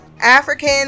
african